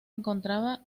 encontraba